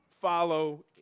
follow